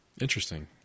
Interesting